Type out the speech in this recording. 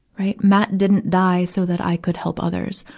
right. matt didn't die so that i could help others.